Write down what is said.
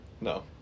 No